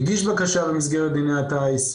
הגיש בקשה במסגרת דיני הטיס,